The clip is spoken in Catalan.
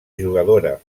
jugadora